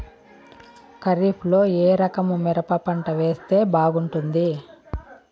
ఖరీఫ్ లో ఏ రకము మిరప పంట వేస్తే బాగుంటుంది